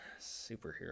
Superhero